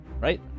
right